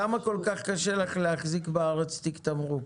למה כל כך קשה לך להחזיק בארץ תיק תמרוק?